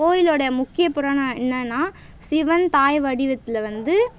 கோவிலோட முக்கியப் புராணம் என்னென்னா சிவன் தாய் வடிவத்தில் வந்து